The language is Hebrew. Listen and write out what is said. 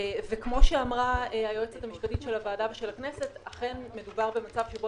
וכמו שאמרה היועצת המשפטית של הוועדה ושל הכנסת אכן מדובר במצב שבו